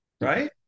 right